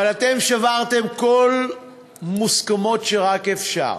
אבל אתם שברתם כל מוסכמות שרק אפשר.